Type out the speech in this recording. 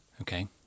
Okay